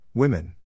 Women